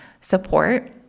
support